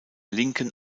linken